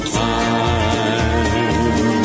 time